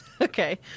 Okay